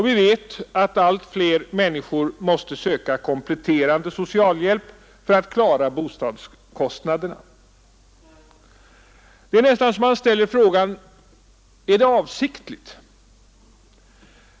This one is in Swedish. Vi vet att allt fler människor måste söka kompletterande socialhjälp för att klara bostadskostnaderna, Det är nästan så att man ställer frågan: Är det avsiktligt?